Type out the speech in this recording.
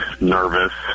nervous